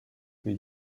pays